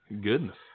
Goodness